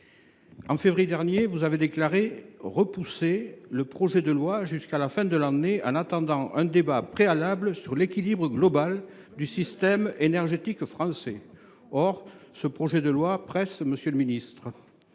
de février dernier, vous avez déclaré repousser le projet de loi jusqu’à la fin de l’année, en attendant un débat préalable sur l’équilibre global du système énergétique français. Or ce projet de loi presse, monsieur le ministre.